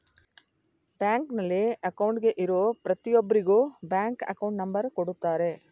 ಬ್ಯಾಂಕಲ್ಲಿ ಅಕೌಂಟ್ಗೆ ಇರೋ ಪ್ರತಿಯೊಬ್ಬರಿಗೂ ಬ್ಯಾಂಕ್ ಅಕೌಂಟ್ ನಂಬರ್ ಕೊಡುತ್ತಾರೆ